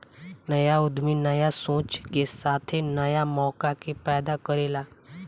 न्या उद्यमी न्या सोच के साथे न्या मौका के पैदा करेला